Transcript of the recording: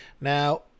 Now